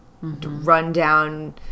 rundown